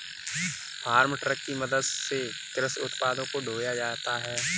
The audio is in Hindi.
फार्म ट्रक की मदद से कृषि उत्पादों को ढोया जाता है